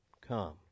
come